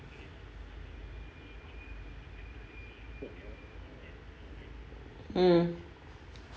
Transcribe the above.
mm